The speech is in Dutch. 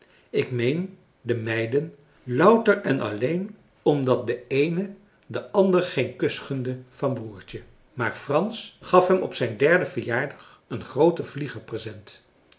ik meen de meiden louter en alleen omdat de eene de ander geen kus gunde van broertje maar frans gaf hem op zijn derden verjaardag een grooten vlieger present